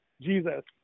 Jesus